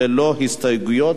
ללא מתנגדים,